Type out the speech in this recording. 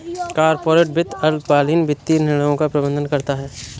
corporate वित्त अल्पकालिक वित्तीय निर्णयों का प्रबंधन करता है